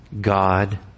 God